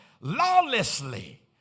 lawlessly